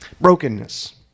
Brokenness